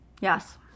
Yes